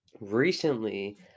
recently